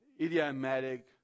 idiomatic